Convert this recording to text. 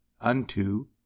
unto